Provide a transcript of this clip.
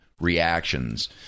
reactions